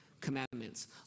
commandments